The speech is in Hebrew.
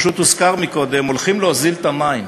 פשוט הוזכר קודם שהולכים להוזיל את המים.